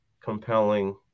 compelling